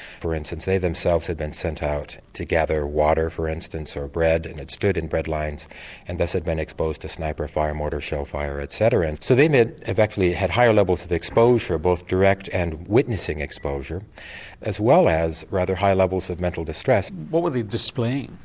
for instance they themselves had been sent out to gather water for instance, or bread, and have stood in breadlines and thus had been exposed to sniper fire, mortar shell fire etc. so they have actually had higher levels of exposure both direct and witnessing exposure as well as rather high levels of mental distress. what were they displaying?